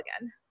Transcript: again